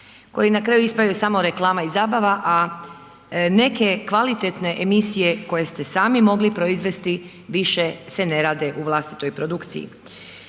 koji na kraju ispadaju samo reklama i zabava, a neke kvalitetne emisije koje ste sami mogli proizvesti više se ne rade u vlastitoj produkciji.